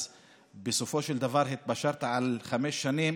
ובסופו של דבר התפשרת על חמש שנים.